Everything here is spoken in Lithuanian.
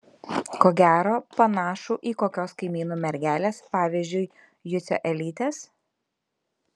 ko gero panašų į kokios kaimynų mergelės pavyzdžiui jucio elytės